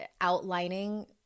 outlining